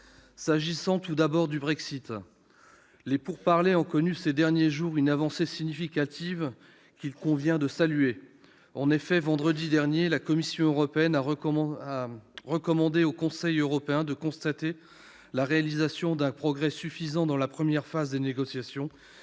J'évoquerai tout d'abord le Brexit. Les pourparlers sur ce sujet ont connu ces derniers jours une avancée significative, qu'il convient de saluer. En effet, vendredi dernier, la Commission européenne a recommandé au Conseil européen de constater la réalisation d'un progrès suffisant dans la première phase des négociations,